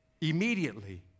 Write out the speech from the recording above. Immediately